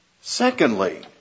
Secondly